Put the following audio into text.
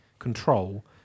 control